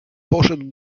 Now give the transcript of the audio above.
poszedł